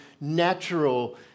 natural